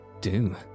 Do